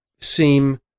seem